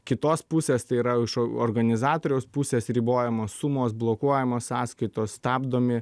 kitos pusės tai yra iš organizatoriaus pusės ribojamos sumos blokuojamos sąskaitos stabdomi